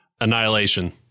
Annihilation